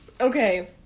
okay